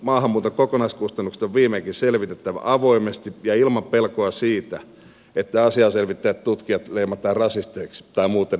maahanmuuton kokonaiskustannukset on viimeinkin selvitettävä avoimesti ja ilman pelkoa siitä että asiaa selvittävät tutkijat leimataan rasisteiksi tai muuten epäilyttäviksi